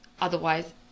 otherwise